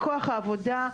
מכוח העבודה,